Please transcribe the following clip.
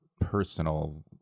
personal